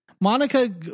Monica